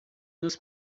nos